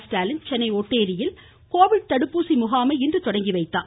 ஸ்டாலின் சென்னை ஓட்டேரியில் கோவிட் தடுப்பூசி முகாமை இன்று தொடங்கிவைத்தார்